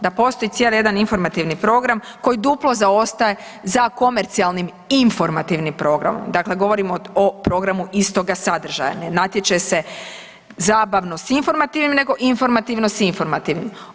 Da postoji cijeli jedan informativni program koji duplo zaostaje za komercijalnim informativnim programom, dakle govorimo o programu istoga sadržaja, ne natječe se zabavno s informativnim nego informativno s informativnim.